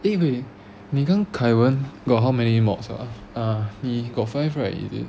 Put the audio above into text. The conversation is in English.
eh wait 你跟 kai wen got how many mods ah he got five right is it